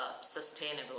sustainable